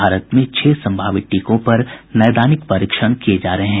भारत में छह संभावित टीकों पर नैदानिक परीक्षण किए जा रहे हैं